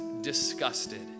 disgusted